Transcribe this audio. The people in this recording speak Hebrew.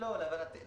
לא.